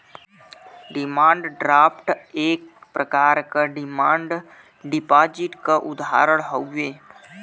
demand draft एक प्रकार क डिमांड डिपाजिट क उदाहरण हउवे